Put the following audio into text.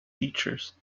features